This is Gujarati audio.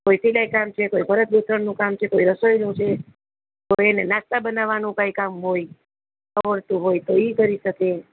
કોઈ સિલાઈ કામ છે કોઈ ભરતગુંથણનું કામ છે કોઈ રસોઈનું છે કોઈ નાસ્તા બનાવવાનું કઈ કામ હોય આવડતું હોય તો એ કરી શકે